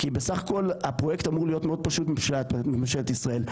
כי בסך הכול הפרויקט אמור להיות מאוד פשוט מבחינת ממשלת ישראל.